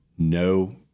No